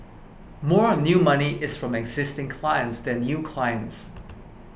more of new money is from existing clients than new clients